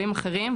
המשפחות.